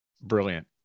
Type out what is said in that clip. brilliant